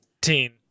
teen